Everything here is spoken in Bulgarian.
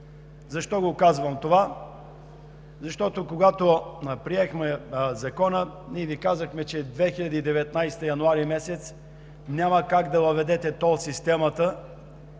Защо казвам това? Защото, когато приехме Закона, ние Ви казахме, че 2019 г., януари месец няма как да въведете тол системата,